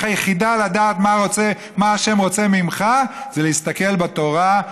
היחידה לדעת מה השם רוצה ממך זה להסתכל בתורה,